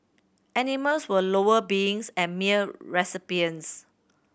animals were lower beings and mere recipients